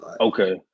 Okay